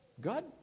God